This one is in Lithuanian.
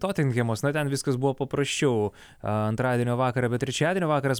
totinhemas na ten viskas buvo paprasčiau antradienio vakarą bet trečiadienio vakaras